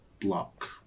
Block